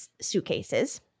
suitcases